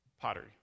pottery